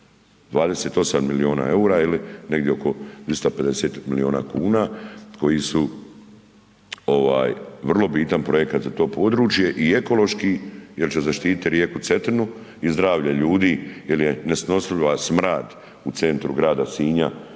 28 miliona EUR-a ili negdi oko 250 miliona kuna koji su ovaj vrlo bitan projekt za to područje i ekološki jer će zaštitit rijeku Cetinu i zdravlje ljudi jer je nesnosljivi smrad u centru grada Sinja